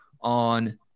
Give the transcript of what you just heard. on